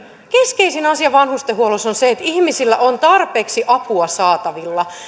keskeisin asia on se että ihmisillä on tarpeeksi apua saatavilla